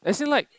as in like